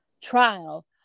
trial